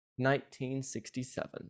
1967